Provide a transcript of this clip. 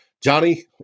Johnny